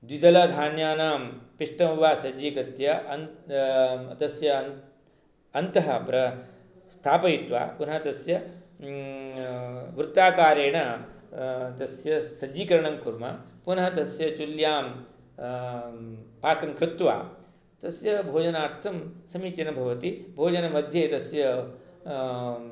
द्विदलधान्यानां पिष्टं वा सज्जीकृत्य तस्य अन्तः प्रस्थापयित्वा पुनः तस्य वृत्ताकारेण तस्य सज्जीकरणङ्कुर्म पुनः तस्य चुल्यां पाकं कृत्वा तस्य भोजनार्थं समीचीनं भवति भोजनमध्ये तस्य